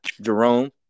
Jerome